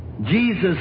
Jesus